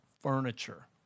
furniture